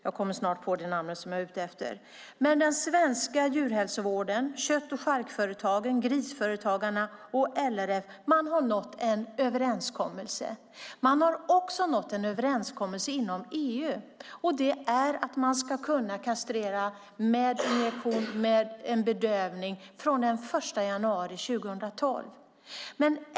Jag kommer snart på det namn som jag är ute efter. Men den svenska djurhälsovården, kött och charkföretagen, grisföretagarna och LRF har nått en överenskommelse. Man har också nått en överenskommelse inom EU. Och det handlar om att man ska kunna kastrera med injektion, med en bedövning, från den 1 januari 2012.